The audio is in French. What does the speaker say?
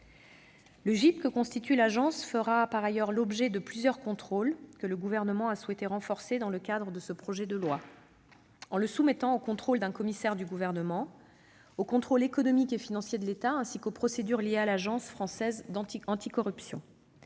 Le GIP que constitue l'Agence fera par ailleurs l'objet de différents contrôles, que le Gouvernement a souhaité renforcer dans le cadre de ce projet de loi, en le soumettant au contrôle d'un commissaire du Gouvernement, au contrôle économique et financier de l'État, ainsi qu'aux procédures liées à l'Agence française anticorruption.